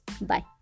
Bye